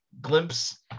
glimpse